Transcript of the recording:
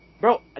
Bro